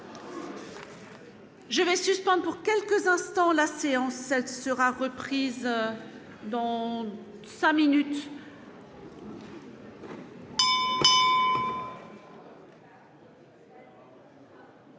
Je vais suspendre pour quelques instants, la séance 7 sera reprise dans 5 minutes.